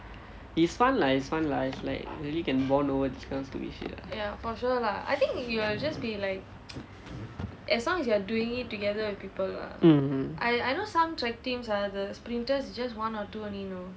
it's fun lah it's fun lah really can bond over this kind of stupid shit lah mm mm